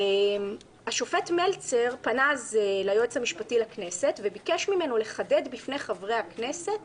השופט מלצר פנה אז ליועץ המשפטי לכנסת וביקש ממנו לחדד בפני חברי הכנסת